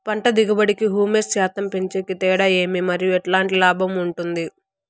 పంట దిగుబడి కి, హ్యూమస్ శాతం పెంచేకి తేడా ఏమి? మరియు ఎట్లాంటి లాభం ఉంటుంది?